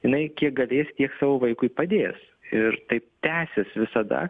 jinai kiek galės tiek savo vaikui padės ir taip tęsis visada